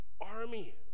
army